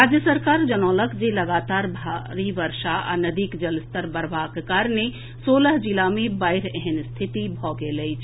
राज्य सरकार जनौलक जे लगातार भारी वर्षा आ नदीक जलस्तर बढ़बाक कारणे सोलह जिला मे बाढ़ि एहन स्थिति भऽ गेल अछि